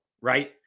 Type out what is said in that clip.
right